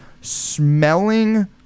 smelling